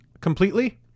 completely